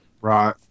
Right